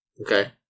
Okay